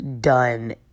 done